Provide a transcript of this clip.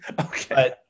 Okay